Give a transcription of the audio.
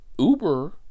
Uber